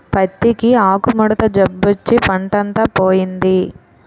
పత్తికి ఆకుముడత జబ్బొచ్చి పంటంతా పోయింది